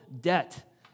debt